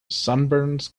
sunburns